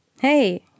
Hey